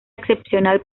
excepcional